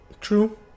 True